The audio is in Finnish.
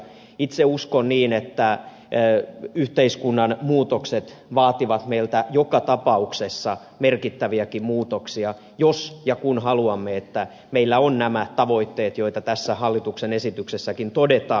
itse uskon niin että yhteiskunnan muutokset vaativat meiltä joka tapauksessa merkittäviäkin muutoksia jos ja kun haluamme että meillä on nämä tavoitteet joita tässä hallituksen esityksessäkin todetaan